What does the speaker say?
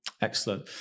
Excellent